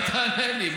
מה תענה לי?